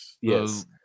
yes